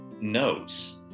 notes